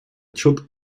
отчет